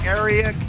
area